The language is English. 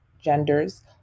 genders